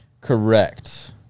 Correct